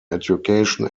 education